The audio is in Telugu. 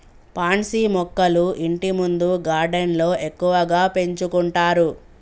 పాన్సీ మొక్కలు ఇంటిముందు గార్డెన్లో ఎక్కువగా పెంచుకుంటారు